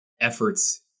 efforts